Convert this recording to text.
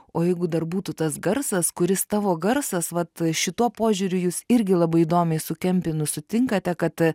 o jeigu dar būtų tas garsas kuris tavo garsas vat šituo požiūriu jūs irgi labai įdomiai su kempinu sutinkate kad